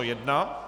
1.